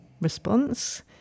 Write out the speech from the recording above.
response